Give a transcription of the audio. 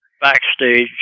backstage